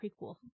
prequel